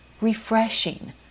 refreshing